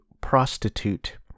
prostitute